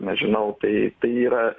nežinau tai tai yra